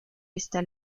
esta